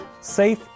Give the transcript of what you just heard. safe